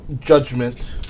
Judgment